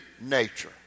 nature